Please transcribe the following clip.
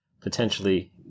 potentially